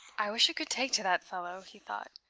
i wish i could take to that fellow, he thought,